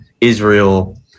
Israel